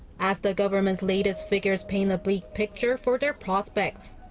as the government's latest figures paint a bleak picture for their prospects.